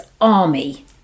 army